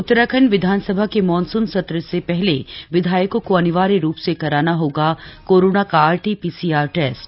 उत्तराखंड विधानसभा के मॉनसून सत्र से पहले विधायकों को अनिवार्य रूप से कराना होगा कोरोना का आरटी पीसीआर टेस्ट